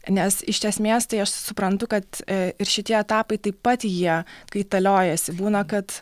nes iš esmės tai aš suprantu kad ir šitie etapai taip pat jie kaitaliojasi būna kad